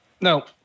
No